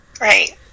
Right